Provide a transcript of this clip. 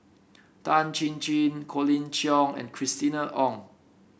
Tan Chin Chin Colin Cheong and Christina Ong